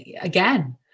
again